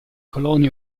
coloni